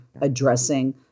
addressing